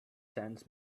sands